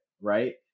right